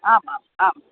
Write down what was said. आमाम् आम्